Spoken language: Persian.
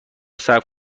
ثبت